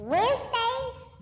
Wednesdays